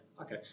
okay